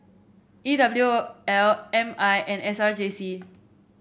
E W L M I and S R J C